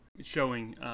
showing